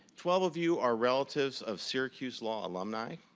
twelve of you are relatives of syracuse law alumni,